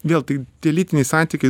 vėl tai tie lytiniai santykiai